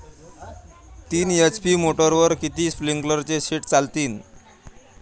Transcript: तीन एच.पी मोटरवर किती स्प्रिंकलरचे सेट चालतीन?